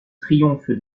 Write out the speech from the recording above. triomphe